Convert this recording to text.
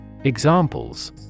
Examples